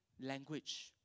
language